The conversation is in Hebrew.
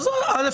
א',